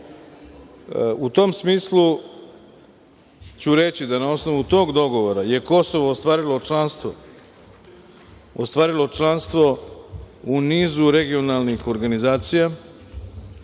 tom smislu, ću reći da na osnovu tog dogovora je Kosovo ostvarilo članstvo u nizu regionalnih organizacija,